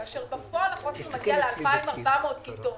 כאשר בפועל החוסר מגיע ל-2,400 כיתות.